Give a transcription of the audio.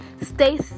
stay